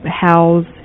house